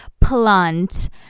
plant